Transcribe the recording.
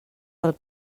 del